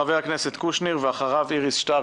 חבר הכנסת קושניר ואחריו איריס שטרק,